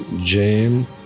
James